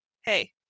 hey